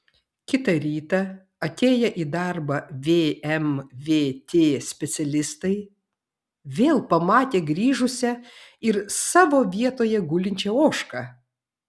kitą rytą atėję į darbą vmvt specialistai vėl pamatė grįžusią ir savo vietoje gulinčią ožką